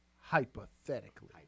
Hypothetically